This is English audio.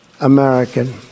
American